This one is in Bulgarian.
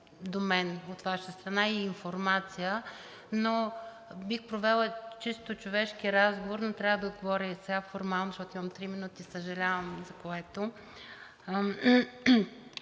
до мен от Ваша страна, и информацията. Бих провела чисто човешки разговор, но трябва да отговоря изцяло формално, защото имам три минути, за което